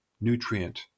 nutrient